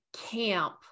camp